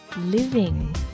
living